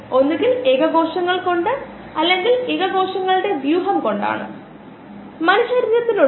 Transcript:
അതിനാൽ ഈ പ്രത്യേക പ്രഭാഷണത്തിലെ ആശയങ്ങളിൽ ശ്രദ്ധ കേന്ദ്രീകരിക്കണം